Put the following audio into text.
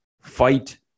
fight